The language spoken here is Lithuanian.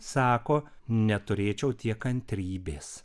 sako neturėčiau tiek kantrybės